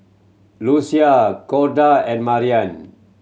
Lucie Corda and Marian